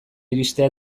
iristea